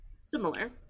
similar